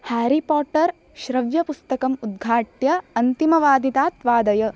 Harry Potter श्रव्यपुस्तकम् उद्घाट्य अन्तिमवादितात् वादय